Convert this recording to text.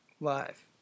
live